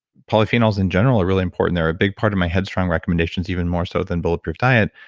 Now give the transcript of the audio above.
polyphenols in general are really important. they're a big part of my headstrong recommendations even more so than bulletproof diet.